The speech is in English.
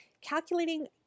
Calculating